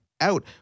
out